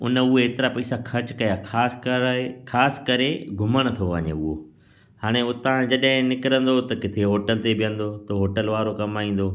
हुन उहे एतिरा पैसा ख़र्चु कया ख़ासिकरि ख़ासि करे घुमण थो वञे उहो हाणे हुतां जॾहिं निकिरंदो त किथे होटल ते बीहंदो त होटल वारो कमाईंदो